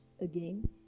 again